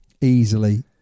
Easily